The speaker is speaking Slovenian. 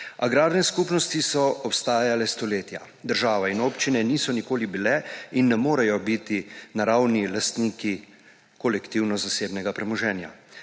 Agrarne skupnosti so obstajale stoletja. Država in občine niso nikoli bile in ne morejo biti naravni lastniki kolektivno zasebnega premoženja.